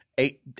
eight